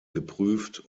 geprüft